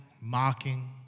Mocking